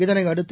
இதையடுத்து